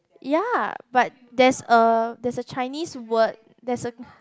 ya but there's a there's a Chinese word there's a